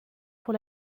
pour